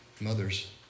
mothers